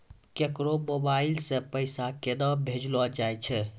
केकरो मोबाइल सऽ पैसा केनक भेजलो जाय छै?